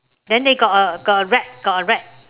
then they got a got a rat got a rat